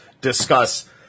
discuss